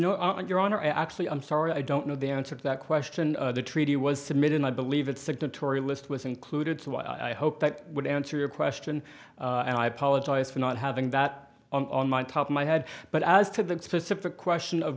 honor actually i'm sorry i don't know the answer to that question the treaty was submitted i believe its signatory list was included so i hope that would answer your question and i apologize for not having that on my top of my head but as to the specific question of